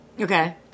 Okay